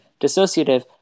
dissociative